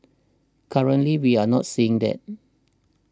currently we are not seeing that